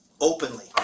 openly